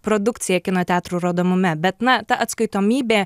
produkcija kino teatrų rodomume bet na ta atskaitomybė